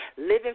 living